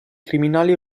criminali